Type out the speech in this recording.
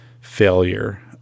failure